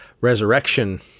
resurrection